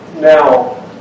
now